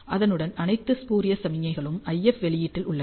அதனுடன் அனைத்து ஸ்பூரியஸ் சமிக்ஞைகளும் IF வெளியீட்டில் உள்ளன